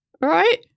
Right